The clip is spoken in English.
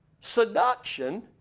seduction